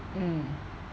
mm